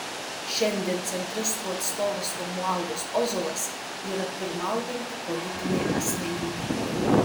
šiandien centristų atstovas romualdas ozolas yra pirmaujanti politinė asmenybė